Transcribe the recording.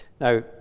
Now